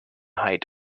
height